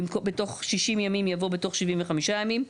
במקום "בתוך 60 ימים" יבוא 75 ימים".